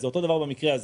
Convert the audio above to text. זה אותו דבר במקרה הזה.